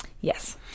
Yes